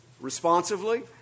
Responsively